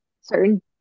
certain